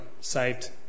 saved